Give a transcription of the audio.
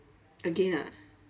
again ah